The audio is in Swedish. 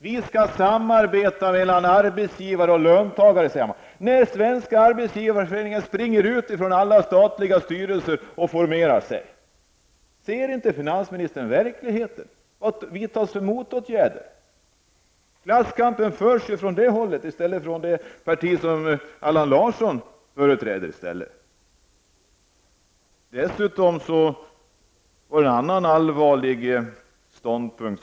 Det skall vara ett samarbete mellan arbetsgivare och löntagare, säger Allan Larsson. Men samtidigt springer man, skulle jag vilja säga, från Svenska arbetsgivareföreningen ut från alla statliga styrelser och formerar sig. Ser inte finansministern verkligheten? Vilka motåtgärder vidtas? Det är ju från det hållet som klasskampen förs. Men den borde väl föras av det parti som Finansministern presenterade också en annan allvarlig ståndpunkt.